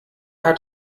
hat